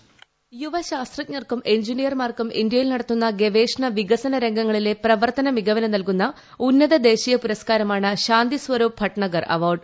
voice യുവശാസ്ത്രജ്ഞർക്കും എഞ്ചിനീയർമാർക്കും ഇന്ത്യയിൽ നടത്തുന്ന ഗവേഷണ വികസന്റെ രംഗങ്ങളിലെ പ്രവർത്തന മികവിന് നൽകുന്ന ഉന്നത ദേശീയി പുരസ്കാരമാണ് ശാന്തി സ്വരൂപ് ഭട്നടർ അവാർഡ്